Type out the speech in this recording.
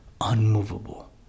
unmovable